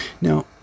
Now